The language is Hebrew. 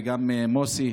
וגם מוסי,